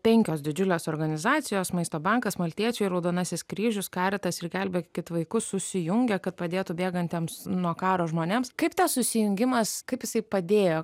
penkios didžiulės organizacijos maisto bankas maltiečiai raudonasis kryžius karitas ir gelbėkit vaikus susijungia kad padėtų bėgantiems nuo karo žmonėms kaip tas susijungimas kaip jisai padėjo